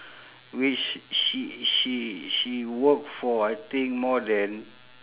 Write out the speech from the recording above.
which she she she work for I think more than